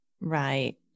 Right